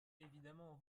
évidemment